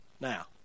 Now